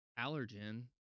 allergen